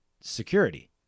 security